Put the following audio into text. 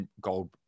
Gold